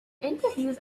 interviews